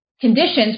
conditions